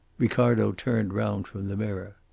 ricardo turned round from the mirror.